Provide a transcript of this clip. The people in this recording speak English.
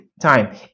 time